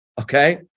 okay